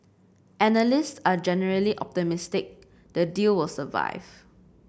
analysts are generally optimistic the deal will survive